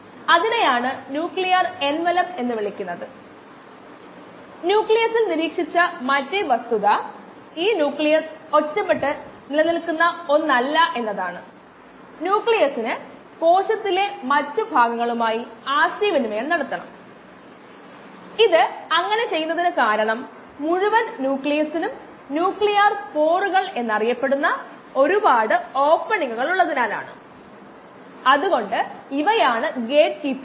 ഇപ്പോൾ അറിയപ്പെടുന്നവയുമായി ആവശ്യമുള്ളത് എങ്ങനെ ബന്ധിപ്പിക്കും